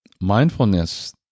mindfulness